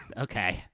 okay.